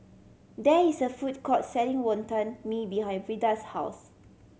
there is a food court selling Wonton Mee behind Veda's house